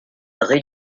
rue